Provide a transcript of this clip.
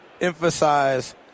emphasize